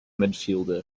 midfielder